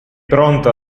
pronto